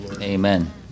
Amen